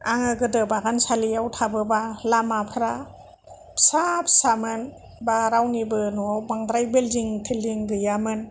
आङो गोदो बागानसालिआव थाबोबा लामाफ्रा फिसा फिसामोन बा रावनिबो न'आव बांद्राय बिलडिं थिलदिं गैयामोन